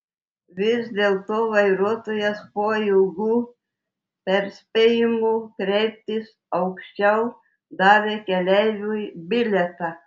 vis dėlto vairuotojas po ilgų perspėjimų kreiptis aukščiau davė keleiviui bilietą